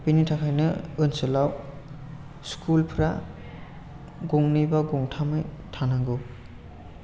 बिनि थाखायनो ओनसोलाव स्कुल फ्रा गंनै बा गंथामै थानांगौ